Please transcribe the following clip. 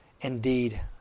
indeed